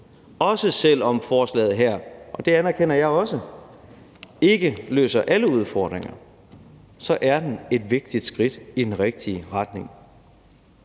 jeg også, ikke løser alle udfordringer, er det et vigtigt skridt i den rigtige retning.